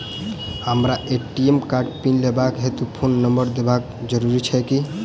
हमरा ए.टी.एम कार्डक पिन लेबाक हेतु फोन नम्बर देबाक जरूरी छै की?